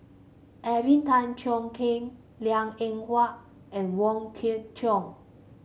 Alvin Tan Cheong Kheng Liang Eng Hwa and Wong Kwei Cheong